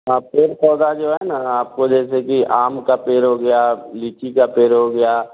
हाँ पेड़ पौधा जो है ना आपको जैसे कि आम का पेड़ हो गया लीची का पेड़ हो गया